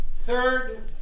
Third